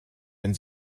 wenn